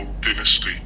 dynasty